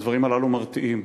הדברים הללו מרתיעים.